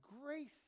grace